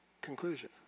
conclusion